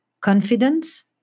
confidence